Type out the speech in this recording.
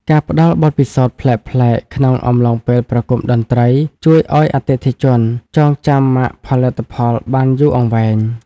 ការផ្តល់បទពិសោធន៍ប្លែកៗ ក្នុងអំឡុងពេលប្រគំតន្ត្រី ជួយឱ្យអតិថិជនចងចាំម៉ាកផលិតផលបានយូរអង្វែង។